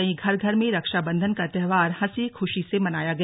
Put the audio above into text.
वहीं घर घर में रक्षाबंधन का त्योहार हंसी खुशी से मनाया गया